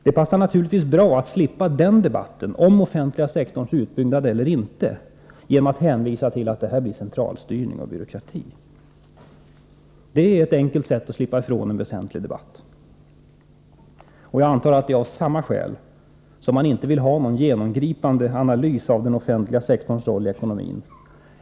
Det passar naturligtvis bra att slippa den debatten, om den offentliga sektorn skall byggas ut eller inte, genom att säga att det blir centralstyrning och byråkrati. Det är ett enkelt sätt att slippa ifrån en offentlig debatt. Jag antar att det är av samma skäl som man inte vill ha någon genomgripande analys av den offentliga sektorns roll i ekonomin.